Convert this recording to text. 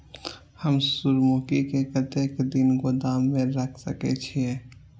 हम सूर्यमुखी के कतेक दिन गोदाम में रख सके छिए?